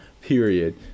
period